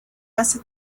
hace